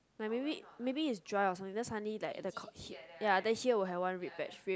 like maybe maybe it's dry or something then suddenly like a the k~ ya then here will have one red patch red